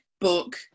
book